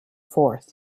fourth